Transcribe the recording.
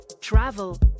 travel